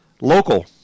local